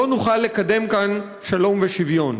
לא נוכל לקדם כאן שלום ושוויון.